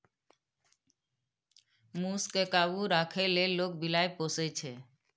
मुस केँ काबु मे राखै लेल लोक बिलाइ पोसय छै